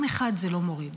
גרם אחד זה לא מוריד.